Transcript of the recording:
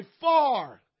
far